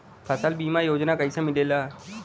फसल बीमा योजना कैसे मिलेला?